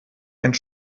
einen